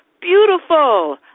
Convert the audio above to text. beautiful